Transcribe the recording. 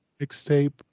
mixtape